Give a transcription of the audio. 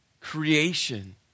creation